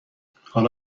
حالا